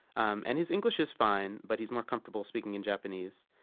um and his english is fine, but he's more comfortable speaking in japanese.